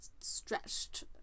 stretched